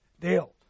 Dale